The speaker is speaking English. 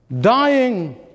Dying